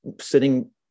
sitting